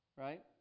Right